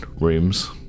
rooms